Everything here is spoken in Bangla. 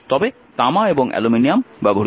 তবে তামা এবং অ্যালুমিনিয়াম ব্যবহৃত হয়